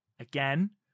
Again